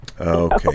Okay